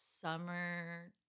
summer